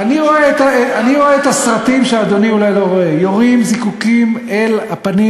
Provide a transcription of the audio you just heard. הוא מנצל כמה וכמה אירועים: הרצח של הילד מוחמד אבו ח'דיר,